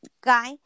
guy